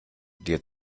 dir